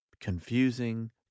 confusing